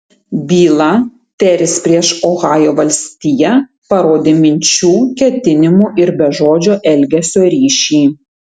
byla teris prieš ohajo valstiją parodė minčių ketinimų ir bežodžio elgesio ryšį